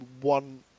one